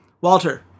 Walter